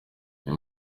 uyu